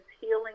healing